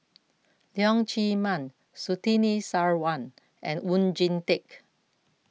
Leong Chee Mun Surtini Sarwan and Oon Jin Teik